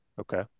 okay